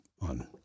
on